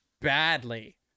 badly